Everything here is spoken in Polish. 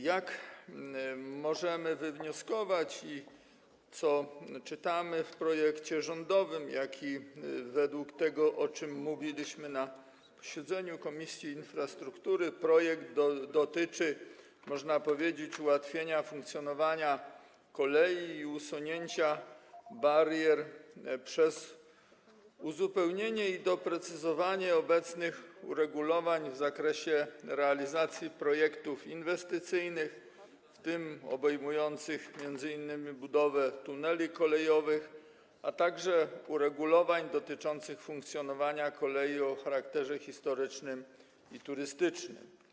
Jak możemy wywnioskować i jak czytamy w projekcie rządowym, jak i według tego, o czym mówiliśmy na posiedzeniu Komisji Infrastruktury, projekt dotyczy, można powiedzieć, ułatwienia funkcjonowania kolei i usunięcia barier przez uzupełnienie i doprecyzowanie obecnych uregulowań w zakresie realizacji projektów inwestycyjnych, w tym obejmujących m.in. budowę tuneli kolejowych, a także uregulowań dotyczących funkcjonowania kolei o charakterze historycznym i turystycznym.